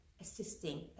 assisting